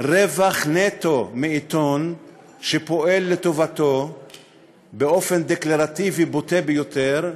רווח נטו מעיתון שפועל לטובתו באופן דקלרטיבי בוטה ביותר,